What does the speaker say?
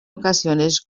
ocasiones